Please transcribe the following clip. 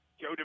Joe